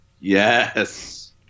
yes